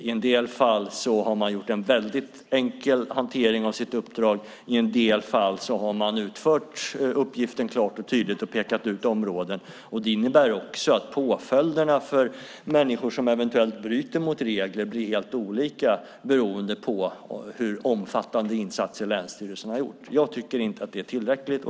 I en del fel har man gjort en väldigt enkel hantering av sitt uppdrag, i andra fall har man utfört uppgiften klart och tydligt och pekat ut områden. Det innebär också att påföljderna för människor som eventuellt bryter mot reglerna blir helt olika beroende på hur omfattande insatser länsstyrelsen har gjort. Jag tycker inte att det är tillräckligt.